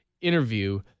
interview